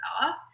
off